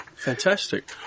Fantastic